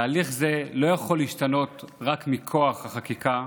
תהליך זה לא יכול להשתנות רק מכוח החקיקה.